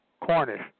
Cornish